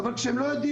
אבל כך הם לא יכולים